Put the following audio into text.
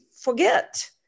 forget